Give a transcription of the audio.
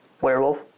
Werewolf